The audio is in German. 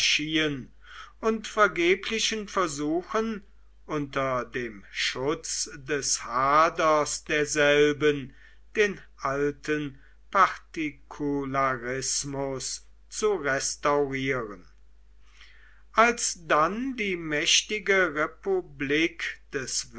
und vergeblichen versuchen unter dem schutz des haders derselben den alten partikularismus zu restaurieren als dann die mächtige republik des